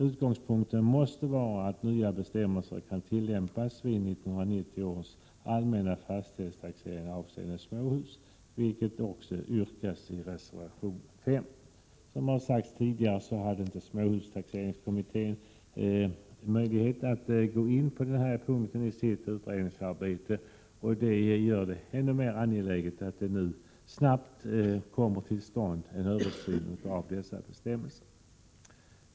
Utgångspunkten måste vara att nya bestämmelser kan tillämpas vid 1990 års allmänna fastighetstaxering avseende småhus, vilket också yrkas i reservation nr 5. Som tidigare sagts hade inte småhustaxeringskommittén möjlighet att gå in på denna fråga i sitt utredningsarbete. Detta gör det ännu mer angeläget att en översyn av dessa bestämmelser snabbt kommer till stånd.